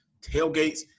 tailgates